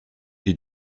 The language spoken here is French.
les